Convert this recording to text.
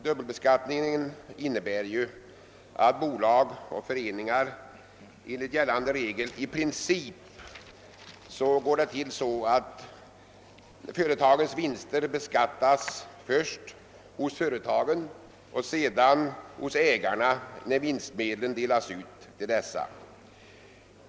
Dubbelbeskattningen av bolag och föreningar innebär enligt gällande regler i princip att företagens vinster beskattas först hos företagen och sedan hos ägarna, när vinstmedlen delas ut till dessa.